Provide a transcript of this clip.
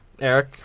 Eric